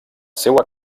seua